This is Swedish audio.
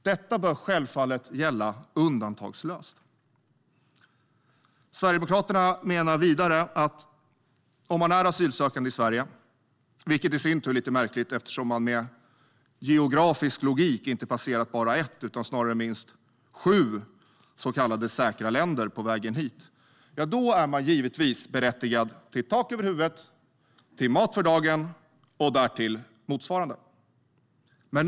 Detta bör självfallet gälla undantagslöst. Sverigedemokraterna menar vidare att om man är asylsökande i Sverige, vilket i sin tur är lite märkligt eftersom man med geografisk logik inte passerat bara ett utan snarare minst sju så kallade säkra länder på vägen hit, är man givetvis berättigad till tak över huvudet, till mat för dagen och därtill motsvarande.